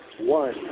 One